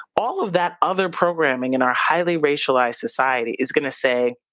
all of that other programming in our highly racialized society is going to say,